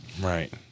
Right